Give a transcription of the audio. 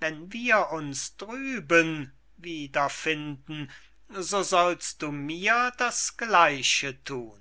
wenn wir uns drüben wieder finden so sollst du mir das gleiche thun